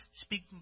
speak